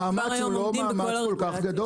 המאמץ הוא לא מאמץ כל כך גדול.